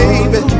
Baby